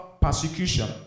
persecution